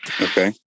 Okay